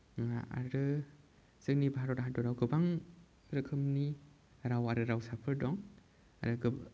आरो जोंनि भारत हादराव गोबां रोखोमनि राव आरो रावसाफोर दं आरो